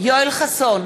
יואל חסון,